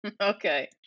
Okay